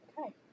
Okay